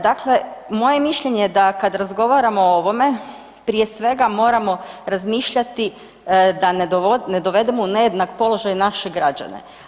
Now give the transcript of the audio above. Dakle moje mišljenje je da kad razgovaramo o ovome prije svega moramo razmišljati da ne dovedemo u nejednak položaj naše građane.